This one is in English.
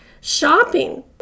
Shopping